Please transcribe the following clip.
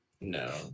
No